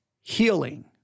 healing